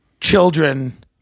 children